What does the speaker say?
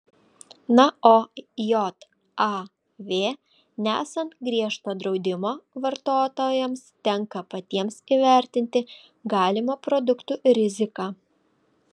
na o jav nesant griežto draudimo vartotojams tenka patiems įvertinti galimą produktų riziką